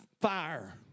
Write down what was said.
fire